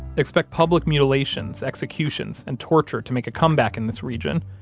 expect public mutilations, executions, and torture to make a comeback in this region,